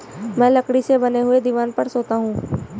मैं लकड़ी से बने हुए दीवान पर सोता हूं